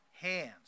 hands